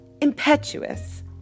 impetuous